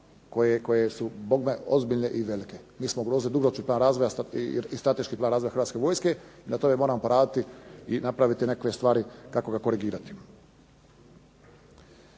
koje su bogme ozbiljne i velike. Mi smo ... i strateški plan razvoja Hrvatske vojske i na tome moramo poraditi i napraviti neke stvari kako ga korigirati.